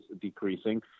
decreasing